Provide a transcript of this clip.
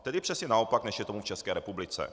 Tedy přesně naopak, než je tomu v České republice.